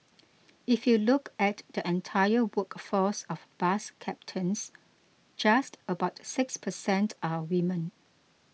if you look at the entire workforce of bus captains just about six per cent are women